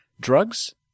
Drugs